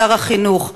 שר החינוך.